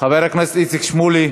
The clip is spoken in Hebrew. חבר הכנסת איציק שמולי,